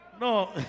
No